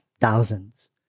thousands